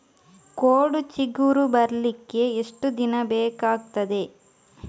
ಕೋಡು ಚಿಗುರು ಬರ್ಲಿಕ್ಕೆ ಎಷ್ಟು ದಿನ ಬೇಕಗ್ತಾದೆ?